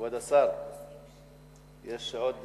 כבוד השר, יש עוד סעיף.